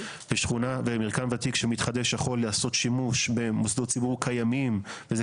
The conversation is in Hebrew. ומרקם ותיק שמתחדש יכול לעשות שימוש במוסדות ציבור קיימים וזה